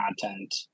content